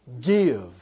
Give